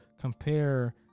compare